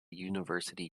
university